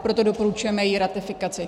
Proto doporučujeme její ratifikaci.